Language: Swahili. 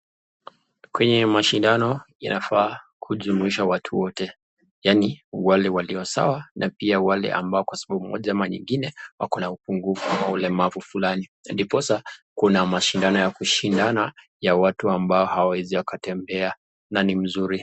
Kwenye mashindano inafaa kujumlisha watu wote . Yaani wale walio sawa na pia wale ambao kwa sababu moja au nyingine wako na upungufu au ulemavu fulani. Ndiposa Kuna mashindano ya kushindana ya watu ambao hawawezi wakatembea na ni mzuri.